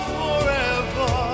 forever